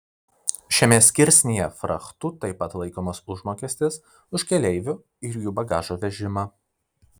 šiame skirsnyje frachtu taip pat laikomas užmokestis už keleivių ir jų bagažo vežimą